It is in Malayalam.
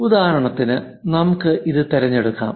ഉദാഹരണത്തിന് നമുക്ക് ഇത് തിരഞ്ഞെടുക്കാം